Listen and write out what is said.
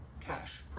cash